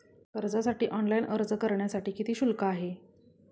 कर्जासाठी ऑनलाइन अर्ज करण्यासाठी किती शुल्क आहे?